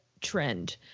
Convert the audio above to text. trend